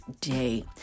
day